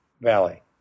Valley